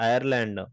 Ireland